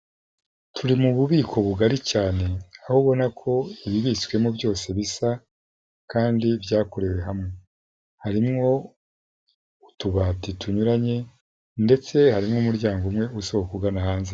Turi mu bubiko bugari cyane, aho ubona ko ibibitswemo byose bisa kandi byakorewe hamwe, harimo utubati tunyuranye, ndetse harimo umuryango umwe usohoka ugana hanze.